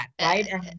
Right